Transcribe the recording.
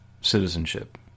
citizenship